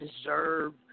deserve